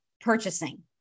purchasing